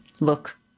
look